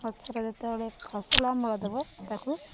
ଗଛର ଯେତେବେଳେେ ଫସଲ ଅମଳ ଦବ ତାକୁ